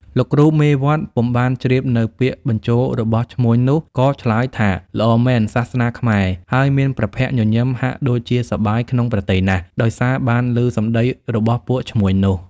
លោកគ្រូមេវត្តពុំបានជ្រាបនូវពាក្យបញ្ជោររបស់ឈ្មួញនោះ ក៏ឆ្លើយថា "ល្អមែន! សាសនាខ្មែរ" ហើយមានព្រះភក្ត្រញញឹមហាក់ដូចជាសប្បាយក្នុងព្រះទ័យណាស់ ដោយសារបានឮសំដីរបស់ពួកឈ្មួញនោះ។